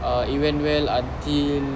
uh it went well until